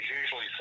usually